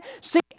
See